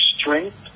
strength